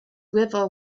river